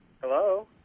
Hello